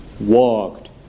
walked